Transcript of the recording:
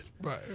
Right